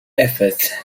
efforts